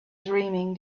dreaming